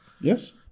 Yes